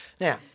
Now